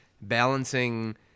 balancing